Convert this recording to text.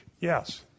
Yes